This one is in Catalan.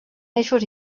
eixos